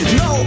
no